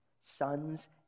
sons